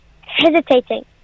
hesitating